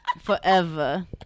forever